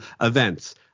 events